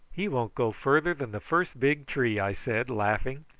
he won't go farther than the first big tree, i said, laughing.